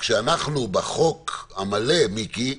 כשאנחנו בחוק המלא, מיקי,